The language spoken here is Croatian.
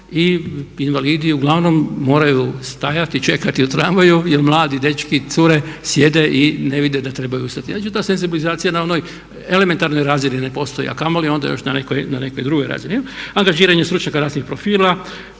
i invalidi uglavnom moraju stajati i čekati u tramvaju jel mladi dečki i cure sjede i ne vide da trebaju ustati. Znači ta senzibilizacija na onoj elementarnoj razini ne postoji, a kamoli onda još na nekoj drugoj razini. Angažiranje stručnjaka raznih profila,